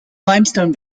limestone